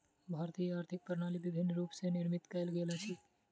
भारतीय आर्थिक प्रणाली विभिन्न रूप स निर्मित कयल गेल अछि